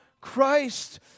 Christ